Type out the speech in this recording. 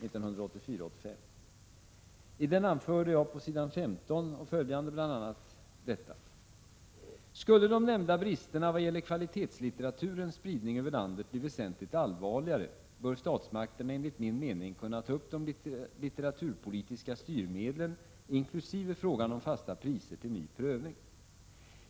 I denna anförde jag bl.a. följande: ”Skulle de nämnda bristerna vad gäller kvalitetslitteraturens spridning över landet bli väsentligt allvarligare bör statsmakterna enligt min mening kunna ta upp de litteraturpolitiska styrmedlen, inkl. frågan om fasta priser, till ny prövning.